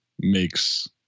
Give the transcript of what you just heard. makes